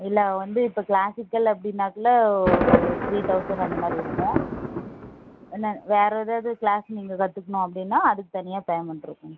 இல்லை வந்து இப்போ க்ளாசிக்கல் அப்படின்னாக்குள்ளே த்ரீ தெளசன்ட் அந்த மாதிரி இருக்கும் நான் வேறு எதாவது க்ளாஸ் நீங்கள் கற்றுக்கணும் அப்படின்னா அதுக்கு தனியாக பேமென்ட் இருக்கும்